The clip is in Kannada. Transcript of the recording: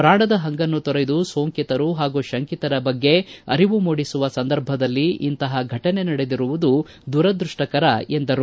ಪ್ರಾಣದ ಹಂಗನ್ನು ತೊರೆದು ಸೋಂಕಿತರು ಹಾಗೂ ಶಂಕಿತರ ಬಗ್ಗೆ ಅರಿವು ಮೂಡಿಸುವ ಸಂದರ್ಭದಲ್ಲಿ ಇಂತಹ ಘಟನೆ ನಡೆದಿರುವುದು ದುರದೃಷ್ಟಕರ ಎಂದರು